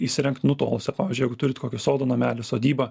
įsirengt nutolusią pavyzdžiui jeigu turit kokį sodo namelį sodybą